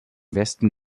westen